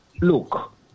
look